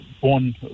born